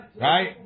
Right